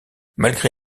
malgré